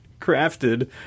crafted